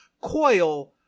Coil